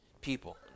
people